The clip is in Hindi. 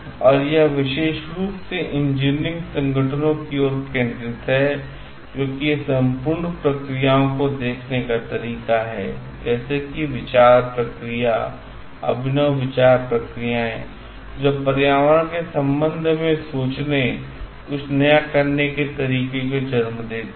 और यह विशेष रूप से इंजीनियरिंग संगठनों की ओर केंद्रित है क्योंकि यह संपूर्ण प्रक्रियाओं को देखने का एक तरीका है जैसे कि विचार प्रक्रिया अभिनव विचार प्रक्रियाएं जो पर्यावरण के संबंध में सोचने और कुछ नया करने के एक तरीके को जन्म देती हैं